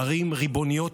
ערים ריבוניות,